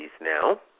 now